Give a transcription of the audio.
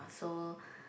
also